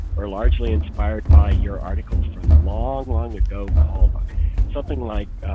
or largely inspired, by your article from long long ago called something like,